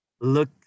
look